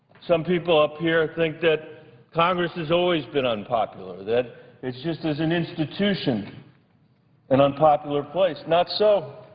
some people up here think that congress has always been unpopular, that it's just as an institution an unpopular place. not so.